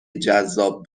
جذاب